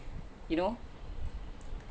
you know